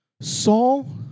Saul